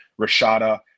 rashada